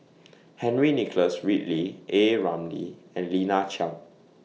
Henry Nicholas Ridley A Ramli and Lina Chiam